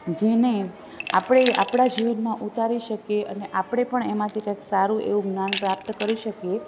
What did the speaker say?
જેને આપણે આપણા જીવનમાં ઉતારી શકીએ અને આપણે પણ એમાંથી કાંઇક સારું એવું જ્ઞાન પ્રાપ્ત કરી શકીએ